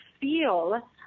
feel